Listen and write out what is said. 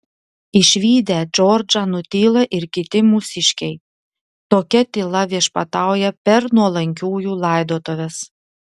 išvydę džordžą nutyla ir kiti mūsiškiai tokia tyla viešpatauja per nuolankiųjų laidotuves